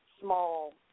small